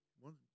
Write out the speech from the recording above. one